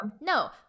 No